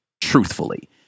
truthfully